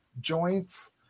joints